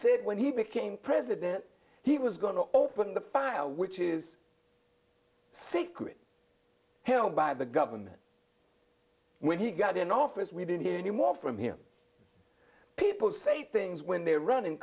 said when he became president he was going to open the file which is secret held by the government when he got in office we didn't hear any more from him people say things when they're running